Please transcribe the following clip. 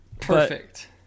Perfect